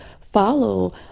follow